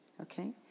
Okay